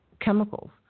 chemicals